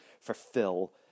fulfill